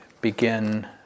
begin